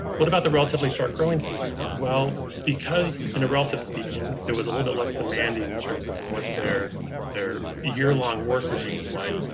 what about the relatively short growing season? well, because in a relative speaking, there was a little bit less demand in terms of what they're they're yearlong work regime was like.